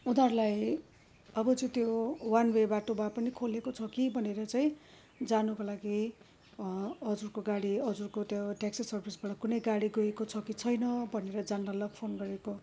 उनीहरूलाई अब चाहिँ त्यो वान वे बाटो भए पनि खोलिएको छ कि भनेर चाहिँ जानुको लागि हजुरको गाडी हजुरको त्यो ट्याक्सी सर्भिसबाट कुनै गाडी गएको छ कि छैन भनेर जान्नलाई फोन गरेको